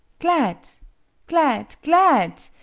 glad glad glad!